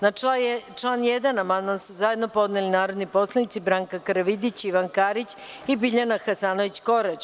Na član 1. amandman su zajedno podneli narodni poslanici Branka Karavidić, Ivan Karić i Biljana Hasanović – Korać.